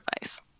advice